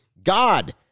God